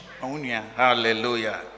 Hallelujah